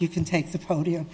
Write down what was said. you can take the podium